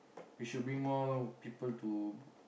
we should bring more people to